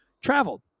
traveled